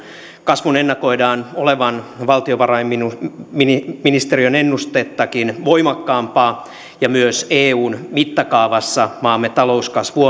kasvun ennakoidaan olevan valtiovarainministeriön ennustettakin voimakkaampaa ja myös eun mittakaavassa maamme talouskasvu